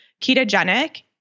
ketogenic